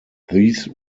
these